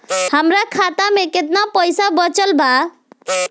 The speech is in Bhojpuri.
हमरा खाता मे केतना पईसा बचल बा?